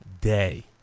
day